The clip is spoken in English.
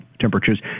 Temperatures